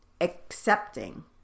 accepting